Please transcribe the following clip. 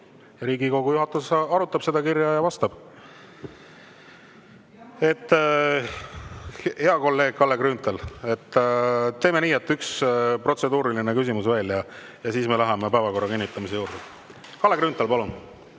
Riigikogu juhatus arutab seda kirja ja vastab [sellele].Hea kolleeg Kalle Grünthal, teeme nii, et üks protseduuriline küsimus veel ja siis me läheme päevakorra kinnitamise juurde. Kalle Grünthal, palun!